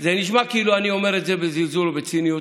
זה נשמע כאילו אני אומר את זה בזלזול ובציניות,